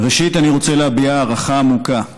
ראשית אני רוצה להביע הערכה עמוקה לצה"ל,